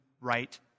right